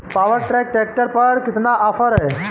Power track tractor पर कितना offer है?